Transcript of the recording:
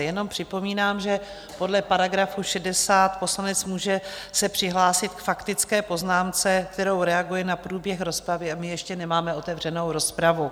Jenom připomínám, že podle § 60 se poslanec může přihlásit k faktické poznámce, kterou reaguje na průběh rozpravy, a my ještě nemáme otevřenou rozpravu.